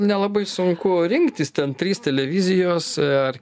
nelabai sunku rinktis ten trys televizijos ar